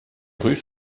rues